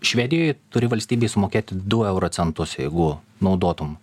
švedijoj turi valstybei sumokėti du euro centus jeigu naudotum